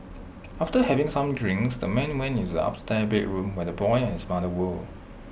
after having some drinks the man went into the upstairs bedroom where the boy and his mother were